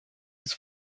his